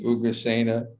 Ugrasena